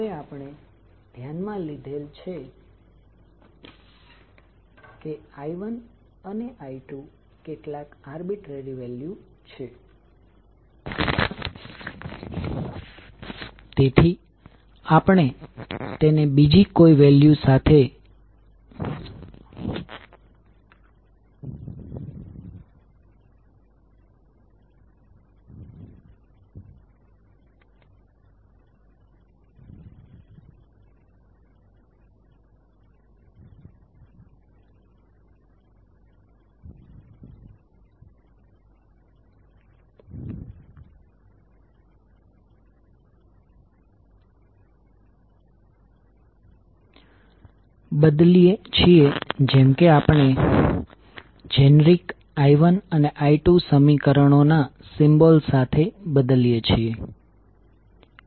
હવે આપણે ધ્યાનમાં લીધેલ છે કે I1અને I2 કેટલાક આર્બીટ્રરી વેલ્યુ છે તેથી આપણે તેને બીજી કોઈ વેલ્યુ સાથે બદલીએ છીએ જેમ કે આપણે જેનેરિક i1અને i2સમીકરણો ના સિમ્બોલ સાથે બદલીએ છીએ